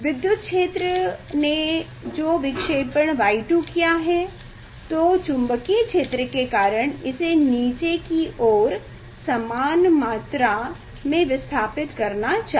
विद्युत क्षेत्र ने जो विक्षेपण Y2 किया है तो चुंबकीय क्षेत्र के कारण इसे नीचे की ओर समान मात्रा में विस्थापित करना चाहिए